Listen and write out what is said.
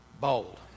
Bold